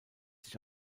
sich